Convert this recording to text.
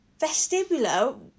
Vestibular